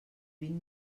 vint